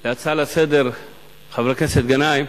על ההצעה לסדר-היום, חבר הכנסת גנאים,